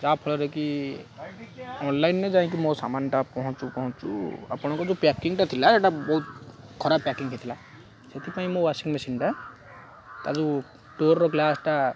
ଯାହାଫଳରେ କି ଅନଲାଇନ୍ରେ ଯାଇକି ମୋ ସାମାନ୍ଟା ପହଞ୍ଚୁ ପହଞ୍ଚୁ ଆପଣଙ୍କ ଯୋଉ ପ୍ୟାକିଂଟା ଥିଲା ସେଇଟା ବହୁତ ଖରାପ ପ୍ୟାକିଂ ଥିଲା ସେଥିପାଇଁ ମୋ ୱାସିଂ ମେସିନ୍ଟା ତା ଯୋଉ ଗ୍ଲାସ୍ଟା